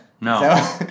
No